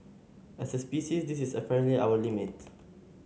as a species this is apparently our limit